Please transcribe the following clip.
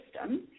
system